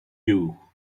you